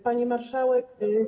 Pani Marszałek!